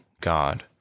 God